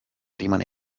rimane